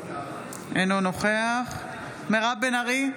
אינו נוכח מירב בן ארי,